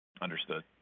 Understood